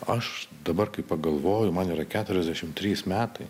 aš dabar kai pagalvoju man yra keturiasdešimt trys metai